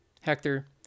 Hector